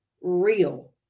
real